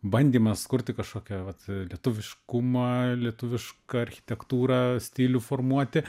bandymas kurti kažkokią vat lietuviškumą lietuvišką architektūrą stilių formuoti